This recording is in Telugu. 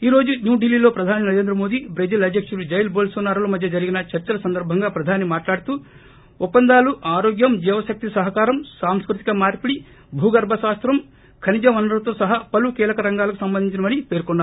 ఈ రోజు న్యూ డిల్లీలో ప్రధాని నరేంద్ర మోడీ ట్రెజిల్ అధ్యకుడు జైర్ బోల్సనారో మధ్య జరిగిన చర్చల సందర్బంగా ప్రధాని మాట్లాడుతూ ఒప్పందాలు ఆరోగ్యం జీవ శక్తి సహకారం సాంస్కృతిక మార్పిడి భూగర్బ శాస్తం ఖనిజ వనరులతో సహా పలు కీలక రంగాలకు సంబంధించినవి పేర్కొన్నారు